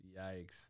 yikes